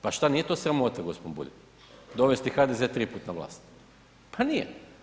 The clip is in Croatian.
Pa šta, nije to sramota g. Bulj, dovesti HDZ tri puta na vlast, pa nije.